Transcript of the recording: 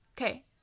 okay